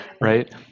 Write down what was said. right